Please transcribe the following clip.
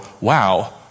wow